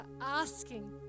asking